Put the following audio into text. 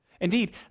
Indeed